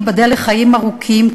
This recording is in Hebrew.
תיבדל לחיים ארוכים,